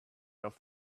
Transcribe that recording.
off